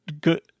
good